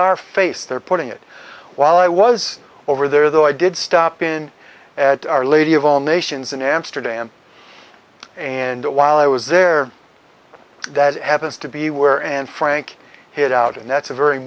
our face they're putting it while i was over there though i did stop in at our lady of all nations in amsterdam and while i was there that happens to be where and frank hid out and that's a very